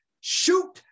Shoot